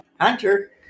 Hunter